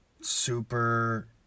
super